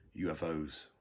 UFOs